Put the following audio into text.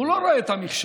הוא לא רואה את המכשול.